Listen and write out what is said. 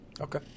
Okay